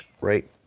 right